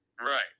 Right